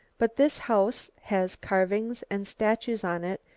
but this house has carvings and statues on it,